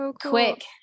quick